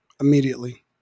immediately